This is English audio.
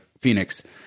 Phoenix